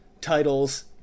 titles